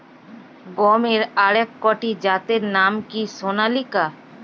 গমের আরেকটি জাতের নাম কি সোনালিকা?